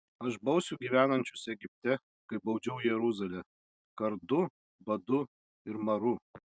aš bausiu gyvenančius egipte kaip baudžiau jeruzalę kardu badu ir maru